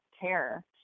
terror